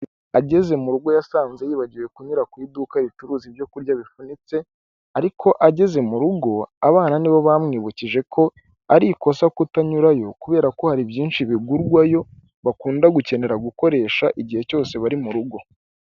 Ageze mu rugo yasanze yibagiwe kunyura ku iduka ricuruza ibyo kurya bifunitse, ariko ageze mu rugo abana nibo bamwibukije ko ari ikosa kutanyurayo, kubera ko hari byinshi bigurwayo bakunda gukenera gukoresha igihe cyose bari mu rugo.